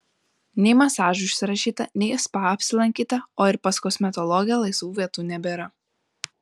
nei masažui užsirašyta nei spa apsilankyta o ir pas kosmetologę laisvų vietų nebėra